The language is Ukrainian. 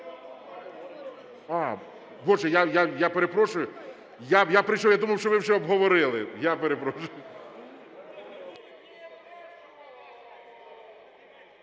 А, боже, я перепрошу, я прийшов, я думав, що ви вже обговорили. Я перепрошую.